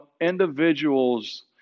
individuals